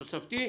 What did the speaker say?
תוספתי.